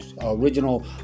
original